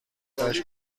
داشت